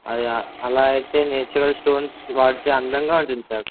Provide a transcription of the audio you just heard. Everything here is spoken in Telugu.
అది అలా అయితే నేచురల్ స్టోన్స్ వాడితే అందంగా ఉంటుంది సార్